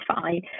fine